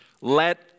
let